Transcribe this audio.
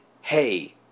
hey